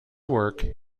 work